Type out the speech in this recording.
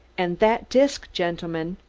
and that disk, gentlemen,